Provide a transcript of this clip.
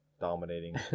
dominating